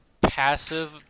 passive